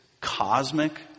cosmic